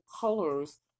colors